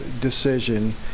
decision